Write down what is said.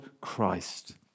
Christ